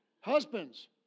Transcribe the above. husbands